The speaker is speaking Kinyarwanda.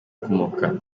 kumoka